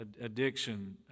addiction